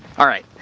alright.